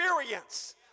experience